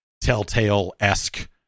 Telltale-esque